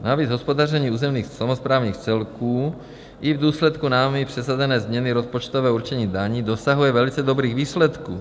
Navíc hospodaření územních samosprávných celků i v důsledku námi prosazené změny rozpočtového určení daní dosahuje velice dobrých výsledků.